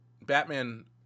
Batman